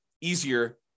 easier